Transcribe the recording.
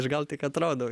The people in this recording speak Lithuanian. aš gal tik atrodau